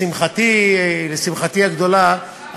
לשמחתי הגדולה,